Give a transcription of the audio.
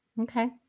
okay